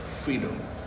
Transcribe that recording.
freedom